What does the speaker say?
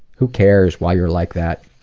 who cares why you're like that.